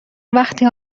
وقتی